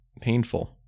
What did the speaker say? painful